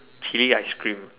chili ice cream